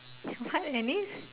what